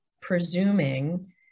presuming